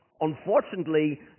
Unfortunately